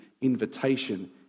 invitation